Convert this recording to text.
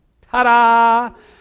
Ta-da